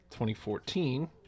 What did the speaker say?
2014